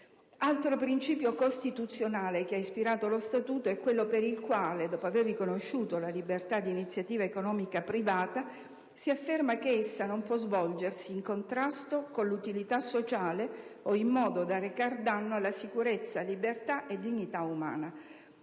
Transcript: Altro principio costituzionale che ha ispirato lo Statuto è quello per il quale, dopo aver riconosciuto la libertà di iniziativa economica privata, si afferma che essa «non può svolgersi in contrasto con l'utilità sociale o in modo da recare danno alla sicurezza, alla libertà e alla dignità umana»